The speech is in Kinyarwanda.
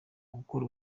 gukora